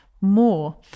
more